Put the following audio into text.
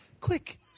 Quick